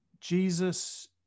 Jesus